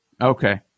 Okay